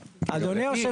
אדוני יושב הראש.